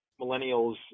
millennials